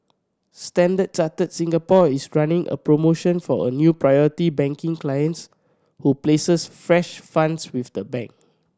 Standard Chartered Singapore is running a promotion for a new Priority Banking clients who places fresh funds with the bank